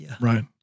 Right